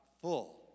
full